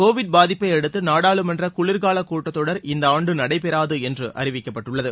Covid பாதிப்பையடுத்து நாடாளுமன்ற குளிர்கால கூட்டத்தொடர் இந்த ஆண்டு நடைபெறாது என்று அறிவிக்கப்பட்டுள்ளது